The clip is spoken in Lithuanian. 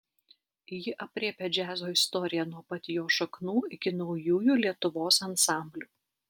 ji aprėpia džiazo istoriją nuo pat jo šaknų iki naujųjų lietuvos ansamblių